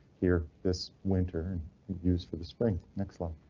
here this winter and used for the spring next line.